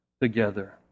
together